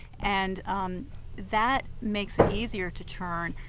and um that makes it easier to churn.